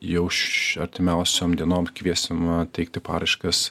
jau š artimiausiom dienom kviesim teikti paraiškas